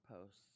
posts